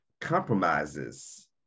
compromises